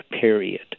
period